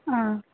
ꯑꯥ